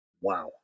Wow